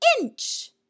inch